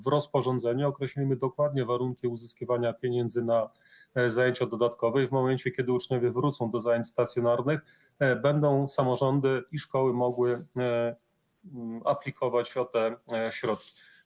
W rozporządzeniu określimy dokładnie warunki uzyskiwania pieniędzy na zajęcia dodatkowe i w momencie, kiedy uczniowie wrócą do zajęć stacjonarnych, samorządy i szkoły będą mogły aplikować o te środki.